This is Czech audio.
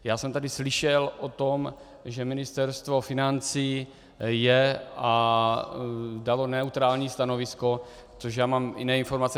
Já jsem tady slyšel o tom, že Ministerstvo financí dalo neutrální stanovisko, což já mám jiné informace.